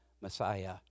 Messiah